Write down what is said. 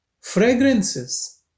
Fragrances